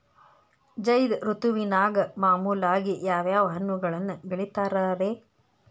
ಝೈದ್ ಋತುವಿನಾಗ ಮಾಮೂಲಾಗಿ ಯಾವ್ಯಾವ ಹಣ್ಣುಗಳನ್ನ ಬೆಳಿತಾರ ರೇ?